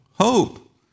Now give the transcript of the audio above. hope